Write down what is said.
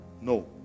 No